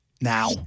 Now